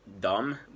dumb